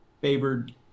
favored